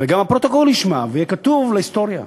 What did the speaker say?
וגם הפרוטוקול ישמע, ויהיה כתוב להיסטוריה.